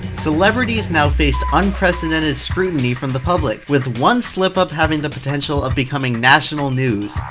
celebrities now faced unprecedented scrutiny from the public, with one slip-up having the potential of becoming national news.